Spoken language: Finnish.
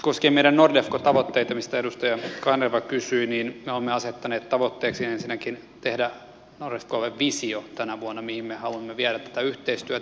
koskien meidän nordefco tavoitteita mistä edustaja kanerva kysyi niin olemme asettaneet tavoitteeksi ensinnäkin tehdä tänä vuonna nordefcolle vision mihin me haluamme viedä tätä yhteistyötä